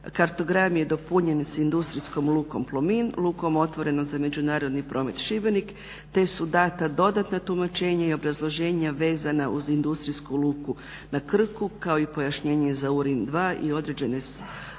kartogram je dopunjen s industrijskom Lukom Plomin, lukom otvorenom za međunarodni promet Šibenik te su dana dodatna tumačenja i obrazloženja vezana uz industrijsku luku na Krku kao i pojašnjenje za Urin 2 i određene